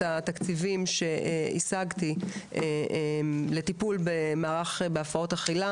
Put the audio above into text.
התקציבים שהשגתי לטיפול במערך בהפרעות אכילה,